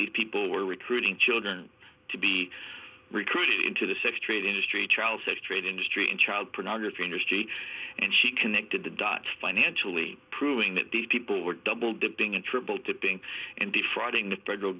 these people were recruiting children to be recruited into the sex trade industry child sex trade industry and child pornography industry and she connected the dots financially proving that these people were double dipping and triple tipping and defrauding the federal